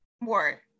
more